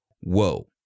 Whoa